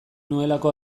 nuelako